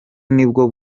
nibwo